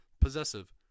possessive